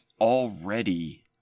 already